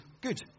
good